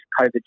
COVID